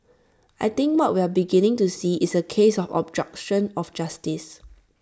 I think what we are beginning to see is A case of obstruction of justice